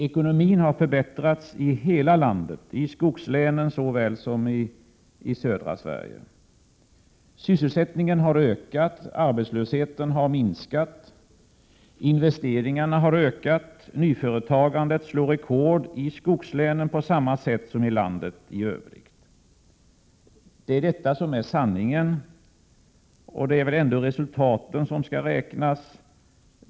Ekonomin har förbättrats i hela landet, såväl i skogslänen som i södra Sverige. Sysselsättningen har ökat. Arbetslösheten har minskat. Investeringarna har ökat. Nyföretagandet slår rekord, i skogslänen på samma sätt som i landet i övrigt. Detta är sanningen, och det är väl ändå resultaten som skall räknas.